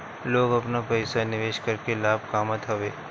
लोग आपन पईसा निवेश करके लाभ कामत हवे